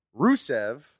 rusev